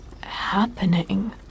happening